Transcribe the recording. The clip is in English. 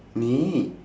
need